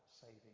saving